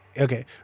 Okay